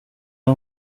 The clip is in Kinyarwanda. aba